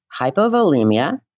hypovolemia